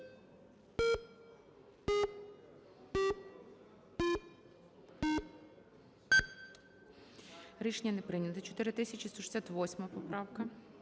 Рішення не прийнято. 4178 поправка.